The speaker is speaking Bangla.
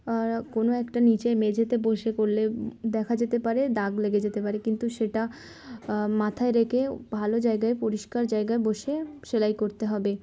কোনো একটা নিচে মেঝেতে বসে করলে দেখা যেতে পারে দাগ লেগে যেতে পারে কিন্তু সেটা মাথায় রেখে ভালো জায়গায় পরিষ্কার জায়গায় বসে সেলাই করতে হবে